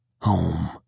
Home